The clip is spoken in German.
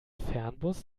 fernbus